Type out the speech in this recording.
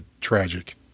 tragic